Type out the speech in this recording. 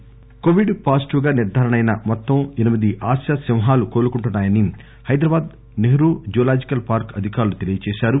L zoo Covid positive గా నిర్దారణ అయిన మొత్తం ఎనిమిది ఆసియా సింహాలు కోలుకుంటున్నాయని హైదరాబాద్ నెహ్రూ జులాజికల్ పార్కు అధికారులు తెలియజేశారు